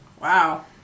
Wow